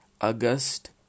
August